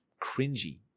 cringy